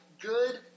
good